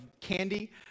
candy